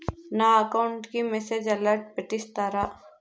నా అకౌంట్ కి message alert పెట్టిస్తారా